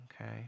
okay